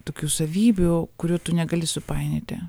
tokių savybių kurių tu negali supainioti